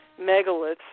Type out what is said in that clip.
megaliths